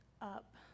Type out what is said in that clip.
up